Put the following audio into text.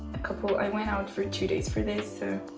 a couple, i went out for two days for this so